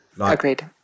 Agreed